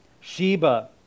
Sheba